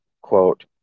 quote